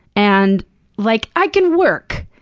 and like, i can work,